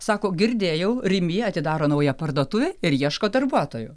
sako girdėjau rimi atidaro naują parduotuvę ir ieško darbuotojų